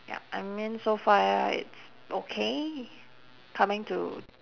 yup I mean so far it's okay coming to